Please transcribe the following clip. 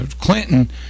Clinton